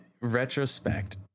retrospect